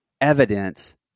evidence